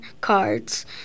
cards